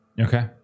okay